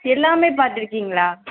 எல்லாமே பார்த்துருக்கீங்களா